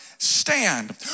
stand